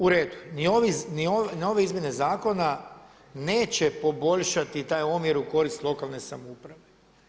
U redu, ni ove izmjene zakona neće poboljšati taj omjer u korist lokalne samouprave.